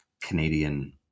Canadian